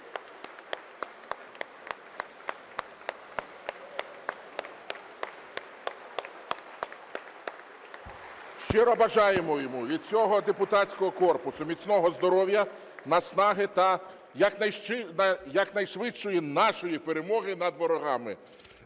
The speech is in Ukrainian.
Щиро бажаємо йому від всього депутатського корпусу міцного здоров'я, наснаги та якнайшвидшої нашої перемоги над ворогами.